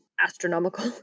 astronomical